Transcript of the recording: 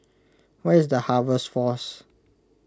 where is the Harvest force